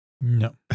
No